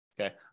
Okay